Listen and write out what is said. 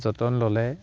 যতন ল'লে